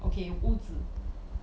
ok 屋子